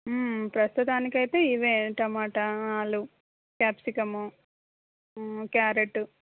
ప్రస్తుతానికి అయితే ఇవే టమాటా ఆలూ క్యాప్సికము క్యారెట్టు